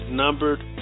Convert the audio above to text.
numbered